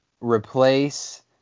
replace